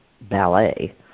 ballet